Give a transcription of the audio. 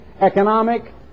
economic